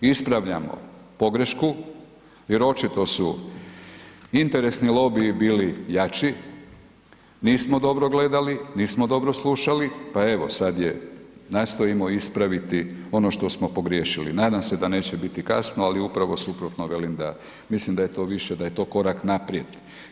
Ispravljamo pogrešku jer očito su interesni lobiji bili jači, nismo dobro gledali, nismo dobro slušali pa evo, sad je nastojimo ispraviti ono što smo pogriješili, nadam se da neće biti kasno ali upravo suprotno velim da mislim daj e to više, da je to korak naprijed.